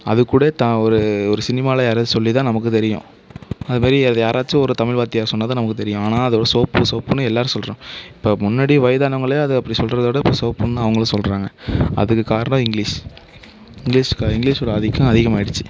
அது கூட ஒரு ஒரு சினிமாவில் யாராவது சொல்லி தான் நமக்கு தெரியும் அதுமாதிரி அது யாராச்சும் ஒரு தமிழ் வாத்தியார் சொன்னால் தான் நமக்கு தெரியும் ஆனால் அதை சோப்பு சோப்புனு எல்லாேரும் சொல்கிறோம் இப்போ முன்னாடி வயதானவர்களே அதை அப்படி சொல்கிறத விட இப்போது சோப்புனு தான் அவங்க சொல்கிறாங்க அதுக்கு காரணம் இங்கிலீஸ் இங்கிலீஸ் இங்கிலீஷ்சோடய ஆதிக்கம் அதிகமாகிடுச்சு